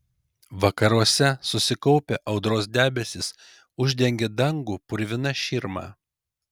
vakaruose susikaupę audros debesys uždengė dangų purvina širma